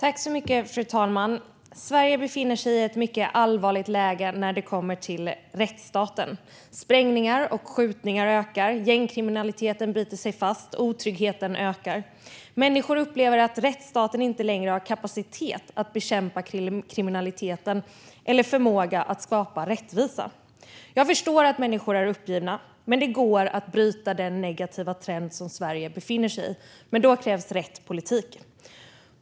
Fru talman! Sverige befinner sig i ett mycket allvarligt läge när det gäller rättsstaten. Sprängningar och skjutningar ökar. Gängkriminaliteten biter sig fast. Otryggheten ökar. Människor upplever att rättsstaten inte längre har kapacitet att bekämpa kriminaliteten eller förmåga att skapa rättvisa. Jag förstår att människor är uppgivna, men det går att bryta den negativa trend som Sverige befinner sig i. Då krävs dock rätt politik.